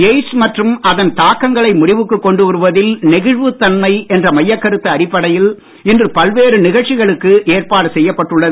AIDS மற்றும் அதன் தாக்கங்களை முடிவுக்கு கொண்டு வருவதில் நெகிழ்வுத் தன்மை என்ற மையக்கருத்து அடிப்படையில் இன்று பல்வேறு நிகழ்ச்சிகளுக்கு ஏற்பாடு செய்யப்பட்டுள்ளது